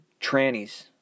trannies